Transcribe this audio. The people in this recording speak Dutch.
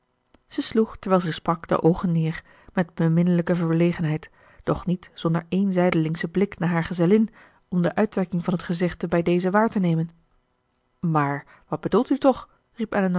zij sloeg terwijl ze sprak de oogen neer met beminnelijke verlegenheid doch niet zonder één zijdelingschen blik naar haar gezellin om de uitwerking van het gezegde bij deze waar te nemen maar wat bedoelt u toch